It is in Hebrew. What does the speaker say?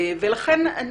לכן,